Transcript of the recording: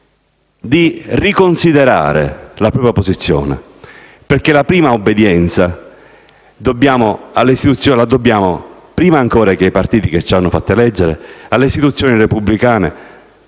di riconsiderare la propria posizione, perché la prima obbedienza la dobbiamo, prima ancora che ai partiti che ci hanno fatto eleggere, alle istituzioni repubblicane